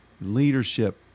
leadership